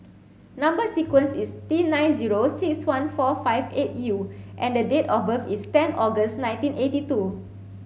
number sequence is T nine zero six one four five eight U and the date of birth is ten August nineteen eighty two